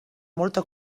molta